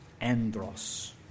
Andros